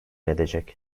edecek